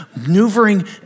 maneuvering